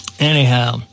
Anyhow